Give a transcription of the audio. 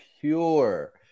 pure